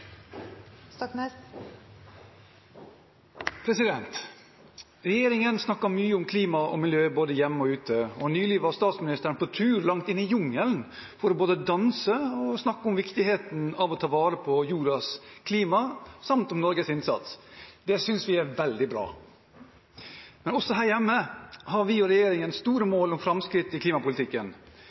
Regjeringen snakker mye om klima og miljø, både hjemme og ute, og nylig var statsministeren på tur langt inne i jungelen for både å danse og snakke om viktigheten av å ta vare på jordens klima, samt om Norges innsats. Det synes vi er veldig bra. Men også her hjemme har vi og regjeringen store mål om framskritt i klimapolitikken.